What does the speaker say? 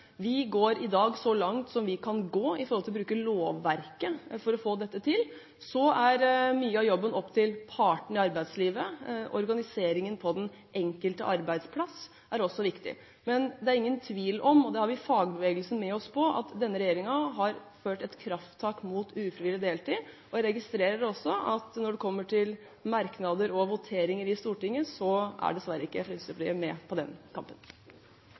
vi i dag så langt vi kan gå når det gjelder å bruke lovverket. Så er mye av jobben opp til partene i arbeidslivet. Organiseringen på den enkelte arbeidsplass er også viktig. Men det er ingen tvil om – og det har vi fagbevegelsen med oss på – at denne regjeringen har tatt et krafttak mot ufrivillig deltid. Jeg registrerer også at når det kommer til merknader, og voteringer i Stortinget, er dessverre ikke Fremskrittspartiet med på den kampen.